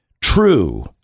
true